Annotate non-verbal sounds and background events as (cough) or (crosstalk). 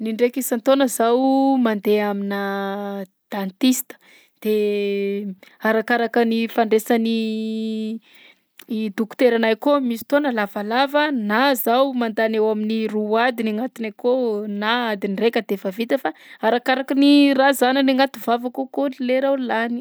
Nindraika isan-taona zaho mandeha aminà (hesitation) dentista de arakaraka ny fandraisan'ny (hesitation) i dokotera anahy akao, misy fotoana lavalava na zaho mandany eo amin'ny roa adiny agnatiny akao na adiny raika de efa vita fa arakaraky ny raha zahanany agnaty vavako akao ny lera lany.